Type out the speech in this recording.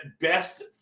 best